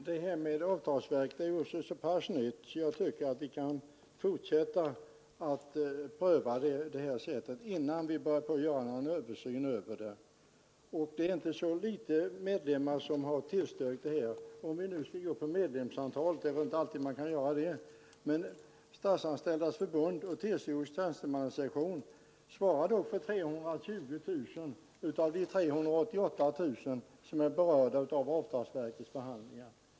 Herr talman! Avtalsverket är så pass nytt att jag tycker att vi ännu ett tag kan fortsätta med den nuvarande ordningen innan vi börjar göra någon översyn av den. Det är dock ett ganska ringa antal medlemmar som har tillstyrkt motionen. Om vi ser på medlemsantalet — jag är medveten om att man inte alltid kan utgå från detta finner vi att Statsanställdas förbund och TCO:s statstjänstemannasektion representerar 320 000 av de 388 000 som är berörda av avtalsverkets förhandlingar.